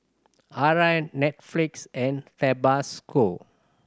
Arai Netflix and Tabasco